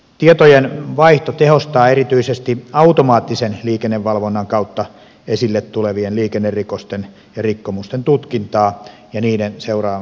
tietojenvaihto tehostaa erityisesti automaattisen liikennevalvonnan kautta esille tulevien liikennerikosten ja rikkomusten tutkintaa ja niiden seuraamusten täytäntöönpanoa